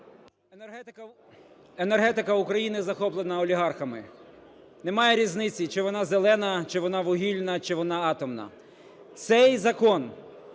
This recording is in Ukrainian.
Енергетика України захоплена олігархами. Немає різниці, чи вона "зелена", чи вона вугільна, чи вона атомна. Цей закон